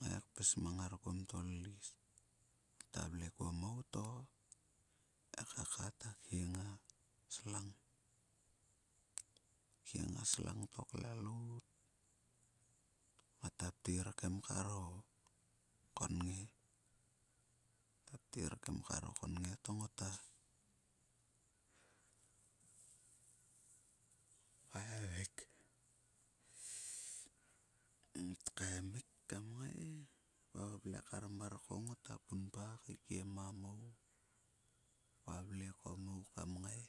ngai pis mang ngar kuom tolilis. Ngato vel kua mou to e kaka ta khieng a slang. Ta khieng a slang to klalout. Ngato ptir kim kar o konnge. Ptir kim kar o konnge to ngota kaemik ngat kaemik ta ka valve kar mar ko, ngota punpa kaekiem a mou valve ko mou kaim ngal